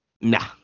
Nah